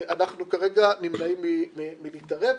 אנחנו כרגע נמנעים מלהתערב.